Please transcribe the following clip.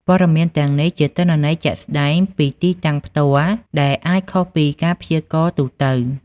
ព័ត៌មានទាំងនេះជាទិន្នន័យជាក់ស្តែងពីទីតាំងផ្ទាល់ ដែលអាចខុសពីការព្យាករណ៍ទូទៅ។